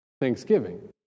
Thanksgiving